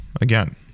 again